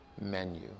menu